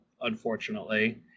unfortunately